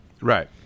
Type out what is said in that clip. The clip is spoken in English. right